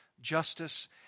justice